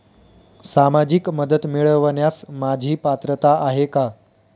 सामाजिक मदत मिळवण्यास माझी पात्रता आहे का?